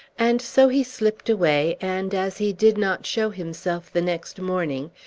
and so he slipt away and, as he did not show himself the next morning,